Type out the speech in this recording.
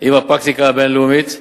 עם הפרקטיקה הבין-לאומית.